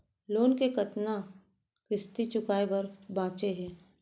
Loan के कतना किस्ती चुकाए बर बांचे हे?